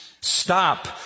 Stop